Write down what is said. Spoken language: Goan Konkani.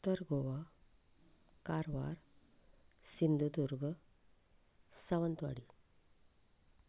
उत्तर गोवा कारवार सिंंधुदुर्ग सावंतवाडी